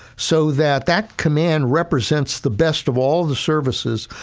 so that that command represents the best of all the services,